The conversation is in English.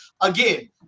again